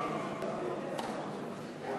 זה.